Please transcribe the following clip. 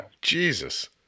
Jesus